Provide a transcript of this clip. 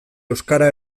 euskara